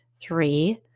Three